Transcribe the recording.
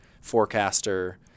Forecaster